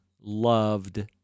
loved